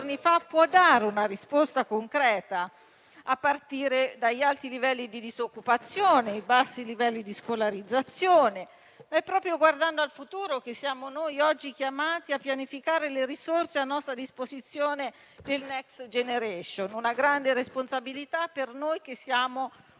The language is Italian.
dare una risposta concreta a partire dagli alti livelli di disoccupazione e i bassi livelli di scolarizzazione. È proprio guardando al futuro che oggi siamo chiamati a pianificare le risorse a nostra disposizione del Next generation EU. È una grande responsabilità per noi che siamo uno